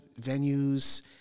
venues